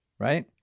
Right